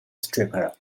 stripper